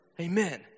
amen